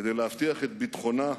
כדי להבטיח את ביטחונה,